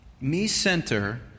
Me-center